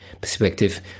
perspective